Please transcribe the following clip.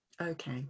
Okay